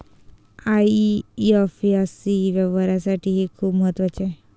IFSC व्यवहारासाठी हे खूप महत्वाचे आहे